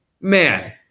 man